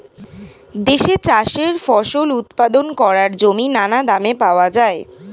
দেশে চাষের ফসল উৎপাদন করার জমি নানা দামে পাওয়া যায়